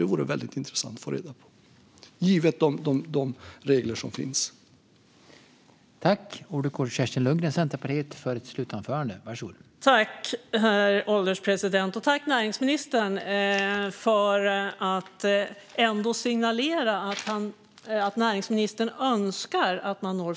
Det vore väldigt intressant att få reda på, givet de regler som finns.